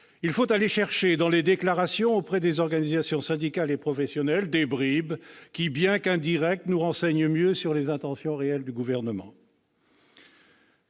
Il faut aller chercher dans les déclarations auprès des organisations syndicales et professionnelles des bribes d'information qui, bien qu'indirectes, nous renseignent mieux sur les intentions réelles du Gouvernement.